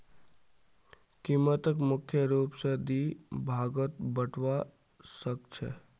कीमतक मुख्य रूप स दी भागत बटवा स ख छ